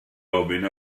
ofyn